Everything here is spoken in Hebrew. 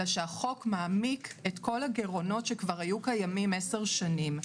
אלא שהחוק מעמיק את כל הגירעונות שכבר היו קיימים עשר שנים.